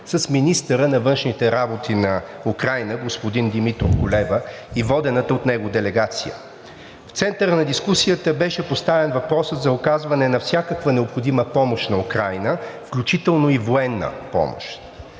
с министъра на външните работи на Украйна господин Дмитро Кулеба и водената от него делегация. В центъра на дискусията беше поставен въпросът за оказване на всякаква необходима помощ на Украйна, включително и военна помощ.